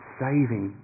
saving